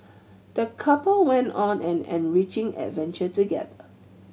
the couple went on an enriching adventure together